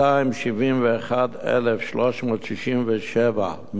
271,367 מתוך